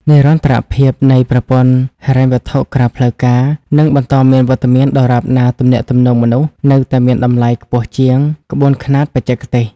និរន្តរភាពនៃប្រព័ន្ធហិរញ្ញវត្ថុក្រៅផ្លូវការ នឹងបន្តមានវត្តមានដរាបណា "ទំនាក់ទំនងមនុស្ស" នៅតែមានតម្លៃខ្ពស់ជាង "ក្បួនខ្នាតបច្ចេកទេស"។